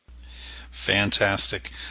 Fantastic